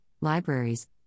libraries